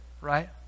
right